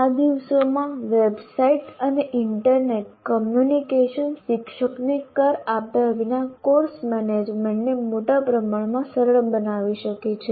આ દિવસોમાં વેબસાઇટ્સ અને ઇન્ટરનેટ કમ્યુનિકેશન શિક્ષકને કર આપ્યા વિના કોર્સ મેનેજમેન્ટને મોટા પ્રમાણમાં સરળ બનાવી શકે છે